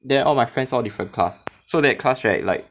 then all my friends all different class so that class right like